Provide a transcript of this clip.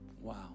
Wow